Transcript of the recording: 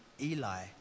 Eli